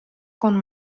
con